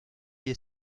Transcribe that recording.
est